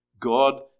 God